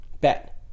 bet